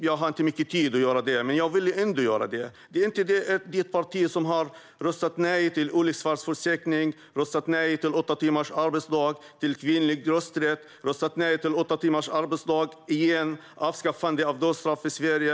Jag har inte mycket tid att göra det, men jag vill ändå fråga: Är det inte ditt parti som har röstat nej till olycksfallsförsäkring, nej till åtta timmars arbetsdag, nej till kvinnlig rösträtt, nej till åtta timmars arbetsdag - igen - och nej till avskaffande av dödsstraff i Sverige?